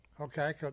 okay